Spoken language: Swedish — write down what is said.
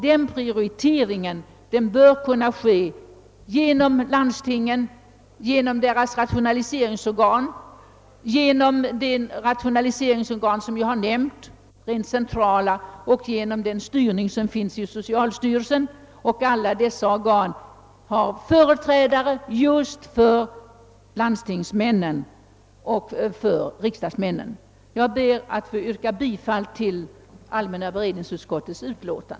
Denna prioritering bör kunna ske inom landstingen och deras rationaliseringsorgan och även inom det centrala rationaliseringsorgan jag tidigare nämnt. En styrning förekommer även genom socialstyrelsen. I alla dessa organ sitter det representanter för både landsting och riksdagen. Herr talman! Jag ber att få yrka bifall till utskottets hemställan.